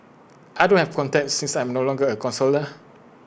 I don't have contacts since I am no longer A counsellor